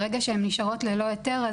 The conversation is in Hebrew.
ברגע שהן נשארות ללא היתר,